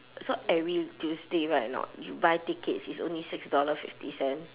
so every tuesday right not you buy tickets it's only six dollar fifty cent